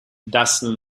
dazzle